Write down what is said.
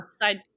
side